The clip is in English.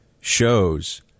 shows